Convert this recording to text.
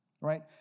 right